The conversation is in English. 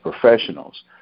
professionals